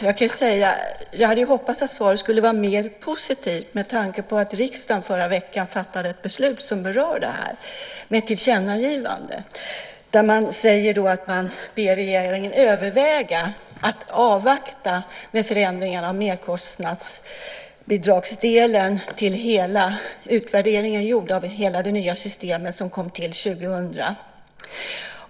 Jag hade hoppats att svaret skulle vara mer positivt med tanke på att riksdagen förra veckan fattade ett beslut om ett tillkännagivande där man ber regeringen att överväga att avvakta med förändringarna av merkostnadsbidragsdelen tills utvärderingen är gjord av hela det nya systemet som kom till år 2000.